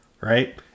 Right